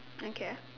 okay